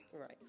Right